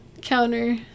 counter